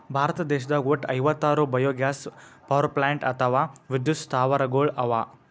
ಭಾರತ ದೇಶದಾಗ್ ವಟ್ಟ್ ಐವತ್ತಾರ್ ಬಯೊಗ್ಯಾಸ್ ಪವರ್ಪ್ಲಾಂಟ್ ಅಥವಾ ವಿದ್ಯುತ್ ಸ್ಥಾವರಗಳ್ ಅವಾ